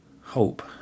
hope